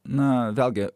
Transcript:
na vėlgi